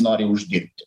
nori uždirbti